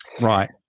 Right